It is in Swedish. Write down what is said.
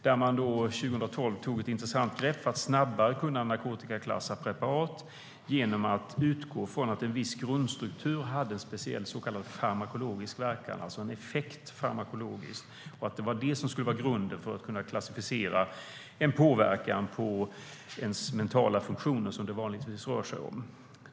Där tog man 2012 ett intressant grepp för att snabbare kunna narkotikaklassa preparat genom att utgå från att en viss grundstruktur hade en så kallad farmakologisk verkan, alltså en effekt farmakologiskt. Det skulle vara grunden för att kunna klassificera en påverkan på ens mentala funktioner, som det vanligtvis rör sig om.